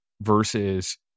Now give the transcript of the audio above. versus